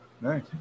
nice